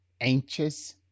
anxious